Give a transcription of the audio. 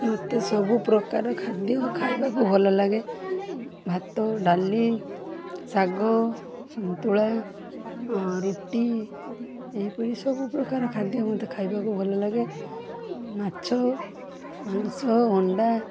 ମୋତେ ସବୁ ପ୍ରକାରର ଖାଦ୍ୟ ଖାଇବାକୁ ଭଲ ଲାଗେ ଭାତ ଡାଲି ଶାଗ ସନ୍ତୁଳା ରୁଟି ଏହିପରି ସବୁ ପ୍ରକାର ଖାଦ୍ୟ ମୋତେ ଖାଇବାକୁ ଭଲ ଲାଗେ ମାଛ ମାଂସ ଅଣ୍ଡା